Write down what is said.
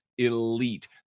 elite